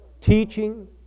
teaching